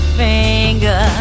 finger